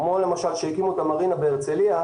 כמו למשל כשהקימו את המרינה בהרצליה,